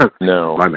No